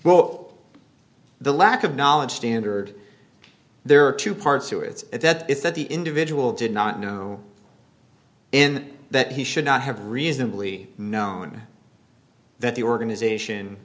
well the lack of knowledge standard there are two parts to it at that is that the individual did not know in that he should not have reasonably known that the organization